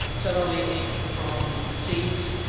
so they'll eat anything from seeds,